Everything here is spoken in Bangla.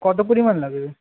কত পরিমাণ লাগবে